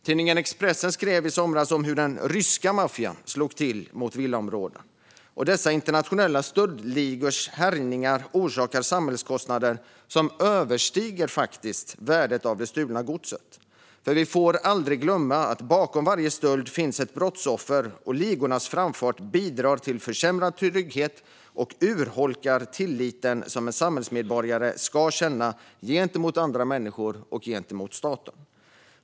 Tidningen Expressen skrev i somras om hur den ryska maffian slog till mot villaområden. Dessa internationella stöldligors härjningar orsakar samhällskostnader som överstiger värdet av det stulna godset. Vi får aldrig glömma att bakom varje stöld finns ett brottsoffer, och ligornas framfart bidrar till försämrad trygghet och urholkar den tillit som en samhällsmedborgare ska känna gentemot andra människor och staten.